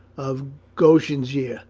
of goschen's year,